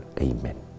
Amen